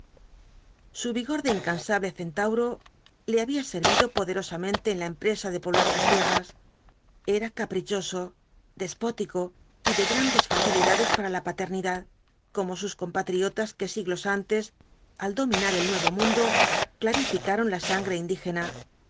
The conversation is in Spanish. su vigor de incansable centauro le había servido poderosamente en la empresa de poblar sus tierras era caprichoso despótico y de grandes facilidades para la paternidad como sus compatriotas que siglos antes al dominar el nuevo mundo clarificaron la sangre indígena